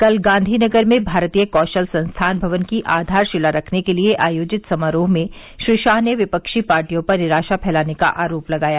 कल गांधीनगर में भारतीय कौशल संस्थान भवन की आधारशिला रखने के लिए आयोजित समारोह में श्री शाह ने विपक्षी पार्टियों पर निराशा फैलाने का आरोप लगाया